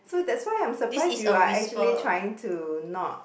so that's why I'm surprised you are actually trying to not